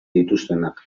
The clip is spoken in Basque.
dituztenak